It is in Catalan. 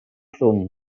zoom